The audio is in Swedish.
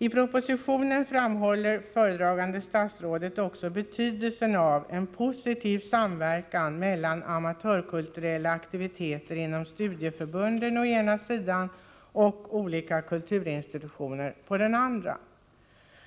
I propositionen framhåller föredragande statsrådet också betydelsen av en positiv samverkan mellan amatörkulturella aktiviteter inom studieförbunden å ena sidan och olika kulturinstitutioner å den andra.